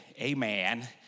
amen